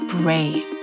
brave